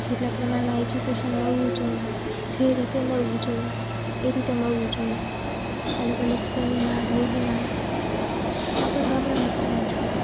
જેટલા પ્રમાણમાં એજ્યુકેશન મળવું જોઈએ જે રીતે મળવું જોઈએ એ રીતે મળવું જોઈએ અલગ અલગ સેમિનાર વેબીનાર્સ આ પણ ગામડામાં થવા જોઈએ